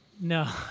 no